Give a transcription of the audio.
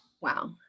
Wow